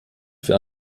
für